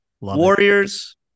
Warriors